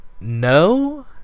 No